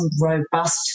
robust